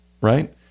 right